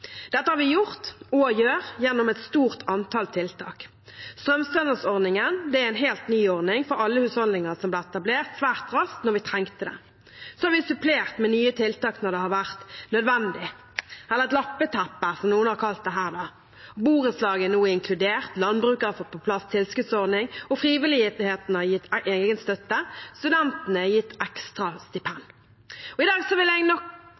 Dette har vi gjort – og gjør – gjennom et stort antall tiltak. Strømstønadsordningen er en helt ny ordning for alle husholdninger som ble etablert svært raskt da vi trengte det. Så har vi supplert med nye tiltak når det har vært nødvendig – eller et «lappeteppe», som noen her har kalt det. Borettslag er nå inkludert, landbruket har fått på plass tilskuddsordning, frivilligheten er gitt egen støtte, og studentene er gitt ekstra stipend. I dag vil jeg nok